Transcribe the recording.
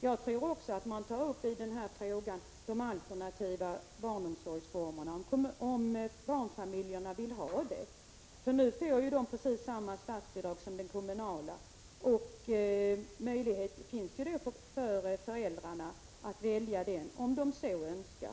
Jag tror också att man tar upp frågor om de alternativa barnomsorgsformerna och undersöker om barnfamiljerna vill ha sådan barnomsorg. Nu får ju de alternativa omsorgsformerna precis samma statsbidrag som de kommunala. Möjlighet finns för föräldrarna att välja den formen, om de så önskar.